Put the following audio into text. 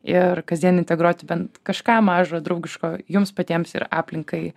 ir kasdien integruoti bent kažką mažo draugiško jums patiems ir aplinkai